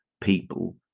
people